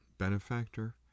benefactor